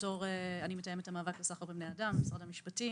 אני מתאמת המאבק נגד הסחר בבני אדם במשרד המשפטים.